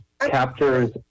captures